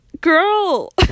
girl